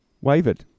Wavered